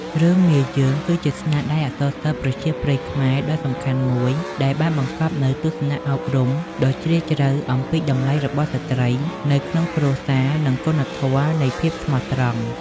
រឿង មាយើង គឺជាស្នាដៃអក្សរសិល្ប៍ប្រជាប្រិយខ្មែរដ៏សំខាន់មួយ ដែលបានបង្កប់នូវទស្សនៈអប់រំដ៏ជ្រាលជ្រៅអំពីតម្លៃរបស់ស្ត្រីនៅក្នុងគ្រួសារ និងគុណធម៌នៃភាពស្មោះត្រង់។